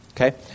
Okay